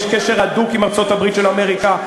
יש קשר הדוק עם ארצות-הברית של אמריקה.